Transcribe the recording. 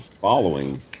following